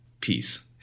peace